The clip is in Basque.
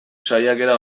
saiakera